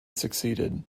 succeeded